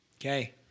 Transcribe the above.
Okay